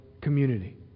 community